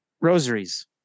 rosaries